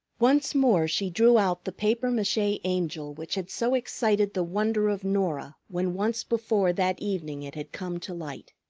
once more she drew out the papier-mache angel which had so excited the wonder of norah when once before that evening it had come to light.